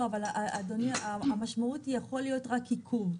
אבל המשמעות יכולה להיות רק עיכוב.